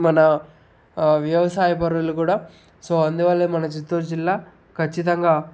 మన వ్యవసాయపరులు కూడా అందువల్లే మన చిత్తూరు జిల్లా ఖచ్చితంగా